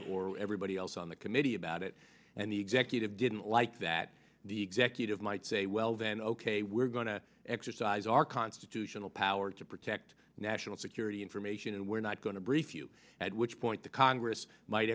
or everybody else on the committee about it and the executive didn't like that the executive might say well then ok we're going to exercise our constitutional power to protect national security information and we're not going to brief you at which point the congress might